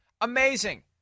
Amazing